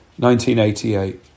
1988